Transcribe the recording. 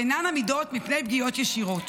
שאינן עמידות מפני פגיעות ישירות.